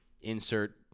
insert